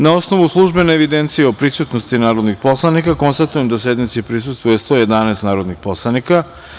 Na osnovu službene evidencije o prisutnosti narodnih poslanika konstatujem da sednici prisustvuje 111 narodnih poslanika.